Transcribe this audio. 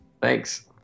Thanks